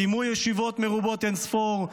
קיימו ישיבות מרובות אין-ספור,